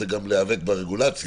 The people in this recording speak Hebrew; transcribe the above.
זה גם להיאבק ברגולציה.